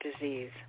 disease